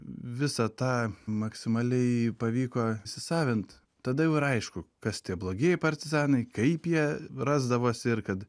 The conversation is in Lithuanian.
visą tą maksimaliai pavyko įsisavint tada jau ir aišku kas tie blogieji partizanai kaip jie rasdavosi ir kad